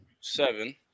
Seven